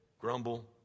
grumble